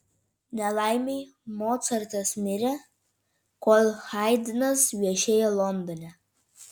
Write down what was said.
nelaimei mocartas mirė kol haidnas viešėjo londone